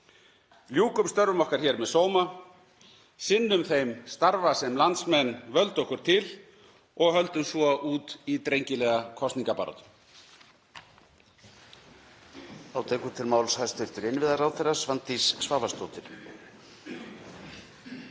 Ljúkum störfum okkar hér með sóma, sinnum þeim starfa sem landsmenn völdu okkur til og höldum svo út í drengilega kosningabaráttu.